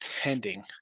pending